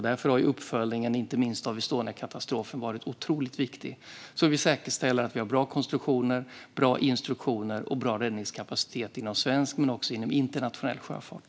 Därför har uppföljningen av Estoniakatastrofen varit otroligt viktig för att säkerställa bra konstruktioner, bra instruktioner och bra räddningskapacitet inom svensk men också internationell sjöfart.